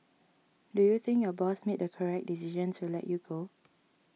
do you think your boss made the correct decision to let you go